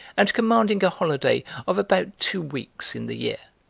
and commanding a holiday of about two weeks in the year.